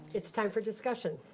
it's time for discussion.